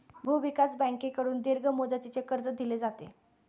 भूविकास बँकेकडून दीर्घ मुदतीचे कर्ज दिले जाते